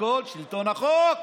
הכול, שלטון החוק.